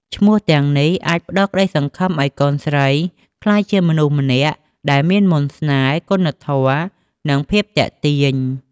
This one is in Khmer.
ឈ្មោះទាំងនេះអាចផ្តល់ក្តីសង្ឃឹមឱ្យកូនស្រីក្លាយជាមនុស្សម្នាក់ដែលមានមន្តស្នេហ៍ គុណធម៌ និងមានភាពទាក់ទាញ។